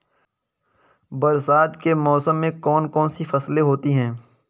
बरसात के मौसम में कौन कौन सी फसलें होती हैं?